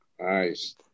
Nice